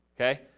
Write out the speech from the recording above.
Okay